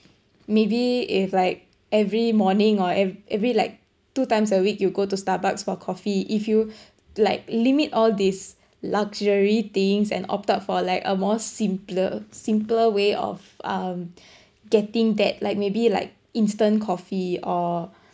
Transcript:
maybe if like every morning or ev~ every like two times a week you go to Starbucks for coffee if you like limit all these luxury things and opt out for like a more simpler simpler way of um getting that like maybe like instant coffee or